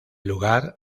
lugar